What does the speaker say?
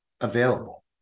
available